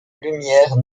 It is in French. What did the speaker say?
lumière